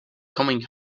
coming